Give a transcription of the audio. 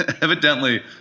evidently